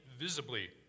visibly